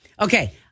Okay